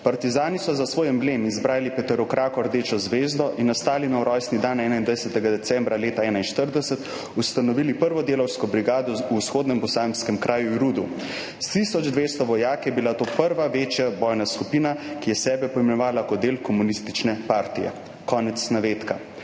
Partizani so za svoj emblem izbrali peterokrako rdečo zvezdo in na Stalinov rojstni dan, 21. decembra 1941, ustanovili prvo delavsko brigado v vzhodnobosanskem kraju Rudo. S tisoč 200 vojaki je bila to prva večja bojna skupina, ki je sebe poimenovala kot del komunistične partije.« Konec navedka.